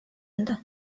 anda